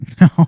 No